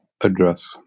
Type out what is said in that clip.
address